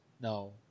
No